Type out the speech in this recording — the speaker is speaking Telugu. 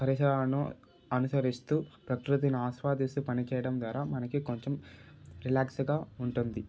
పరిసరాలను అనుసరిస్తు ప్రకృతిని ఆస్వాదిస్తు పనిచేయడం ద్వారా మనకి కొంచెం రిలాక్స్గా ఉంటుంది